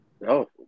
No